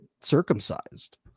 circumcised